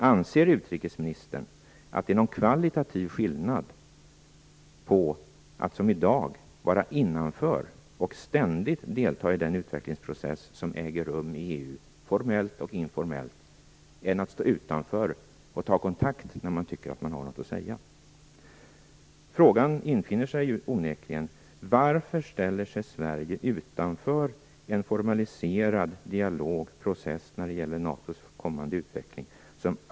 Anser utrikesministern att det är någon kvalitativ skillnad mellan att som i dag vara innanför, och ständigt delta i den utvecklingsprocess som formellt och informellt äger rum i EU, och att stå utanför och ta kontakt när man tycker att man har något att säga? En fråga infinner sig onekligen. Varför ställer sig Sverige utanför en formaliserad dialog och process när det gäller NATO:s kommande utveckling?